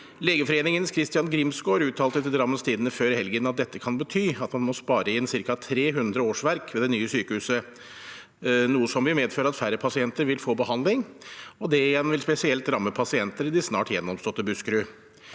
Legeforeningens Christian Grimsgaard uttalte til Drammens Tidende før helgen at dette kan bety at man må spare inn ca. 300 årsverk ved det nye sykehuset, noe som vil medføre at færre pasienter vil få behandling. Det vil igjen spesielt ramme pasienter i det snart gjenoppståtte Buskerud